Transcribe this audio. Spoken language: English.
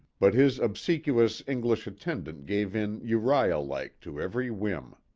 but his obsequious english attend ant gave in uriah-like, to every whim.